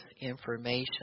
information